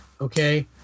okay